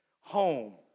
home